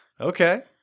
Okay